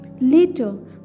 Later